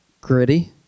Gritty